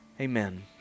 Amen